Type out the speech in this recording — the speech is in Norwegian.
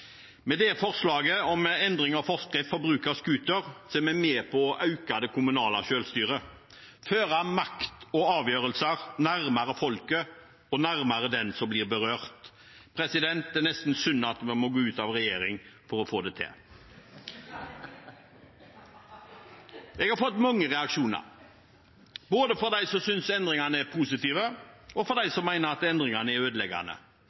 Med dette forslaget om endring av forskriften for bruk av scooter, er vi med på å øke det kommunale selvstyret – føre makt og avgjørelser nærmere folket og nærmere dem som blir berørt. Det er nesten synd at vi måtte gå ut av regjering for å få det til. Jeg har fått mange reaksjoner, både fra dem som synes endringene er positive, og fra dem som mener at endringene er ødeleggende.